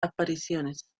apariciones